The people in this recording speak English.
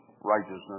righteousness